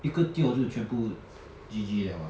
一个 tio 就全部 G_G 了 leh